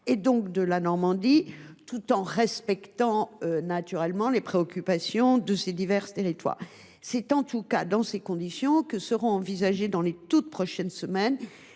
et donc de la Normandie, tout en respectant naturellement les préoccupations de chacun d’entre eux. C’est dans ces conditions que seront envisagées dans les toutes prochaines semaines